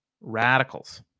radicals